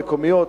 המקומיות,